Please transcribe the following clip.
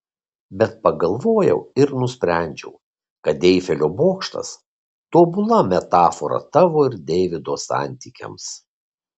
bet pagalvojau ir nusprendžiau kad eifelio bokštas tobula metafora tavo ir deivido santykiams